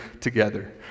together